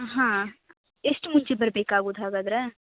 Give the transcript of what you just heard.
ಹಾಂ ಎಷ್ಟು ಮುಂಚೆ ಬರ್ಬೇಕಾಗುತ್ ಹಾಗಾದರೆ